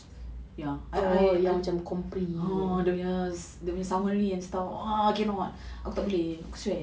ya I I dia nya dia nya summary and stuff ah cannot aku tak boleh aku stress